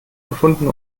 gefunden